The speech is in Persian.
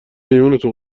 ایوونتون